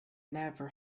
never